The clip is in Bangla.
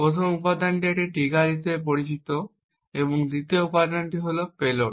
প্রথম উপাদানটি একটি ট্রিগার হিসাবে পরিচিত এবং দ্বিতীয় উপাদানটি হল পেলোড